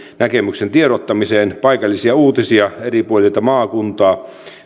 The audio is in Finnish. näkemyksen tiedottamiseen paikallisia uutisia eri puolilta maakuntaa